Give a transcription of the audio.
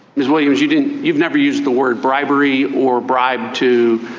ms williams you didn't. you've never used the word bribery or bribe to.